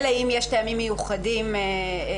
אלא אם יש טעמים מיוחדים שלא,